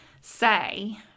say